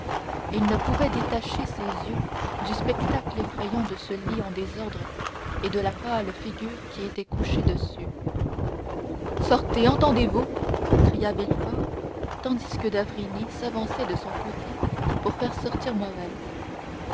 il ne pouvait détacher ses yeux du spectacle effrayant de ce lit en désordre et de la pâle figure qui était couchée dessus sortez entendez-vous cria villefort tandis que d'avrigny s'avançait de son côté pour faire sortir morrel